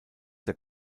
der